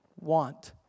want